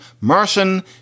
Martian